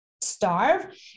starve